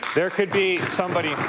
there could be somebody